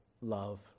love